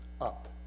up